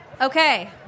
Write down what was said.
Okay